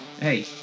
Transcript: hey